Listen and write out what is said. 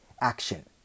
action